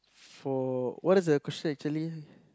for what is the question actually